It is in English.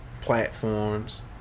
platforms